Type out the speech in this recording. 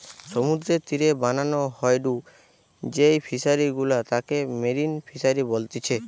সমুদ্রের তীরে বানানো হয়ঢু যেই ফিশারি গুলা তাকে মেরিন ফিসারী বলতিচ্ছে